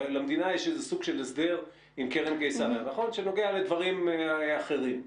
עם קרן קיסריה שהוא נוגע לדברים אחרים.